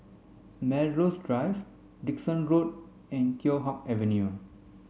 Melrose Drive Dickson Road and Teow Hock Avenue